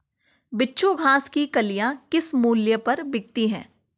बिच्छू घास की कलियां किस मूल्य पर बिकती हैं?